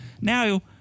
Now